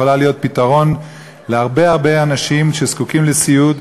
להיות פתרון להרבה הרבה אנשים שזקוקים לסיעוד,